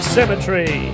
Cemetery